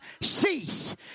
cease